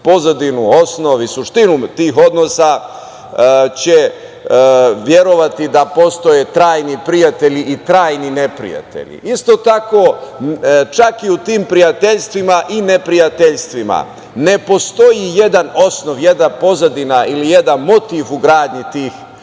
pozadinu, osnov i suštinu tih odnosa će verovati da postoje trajni prijatelji i trajni neprijatelji. Isto tako, čak i u tim prijateljstvima i neprijateljstvima ne postoji jedan osnov, jedna pozadina ili jedan motiv u gradnji tih